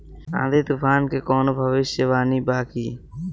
आँधी तूफान के कवनों भविष्य वानी बा की?